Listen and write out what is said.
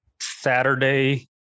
Saturday